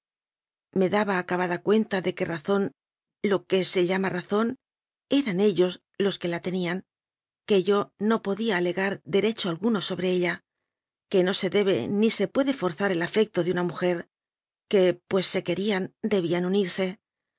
me daba acabada cuenta de que razón lo que se llama razón eran ellos los que la tenían que yo no podía alegar derecho alguno sobre ella que no se debe ni se puede forzar el afecto de una mujer que pues se querían debían unirse